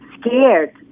scared